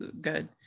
good